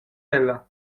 ella